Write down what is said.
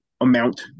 amount